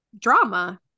Drama